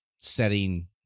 setting